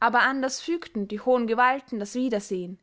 aber anders fügten die hohen gewalten das wiedersehen